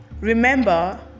Remember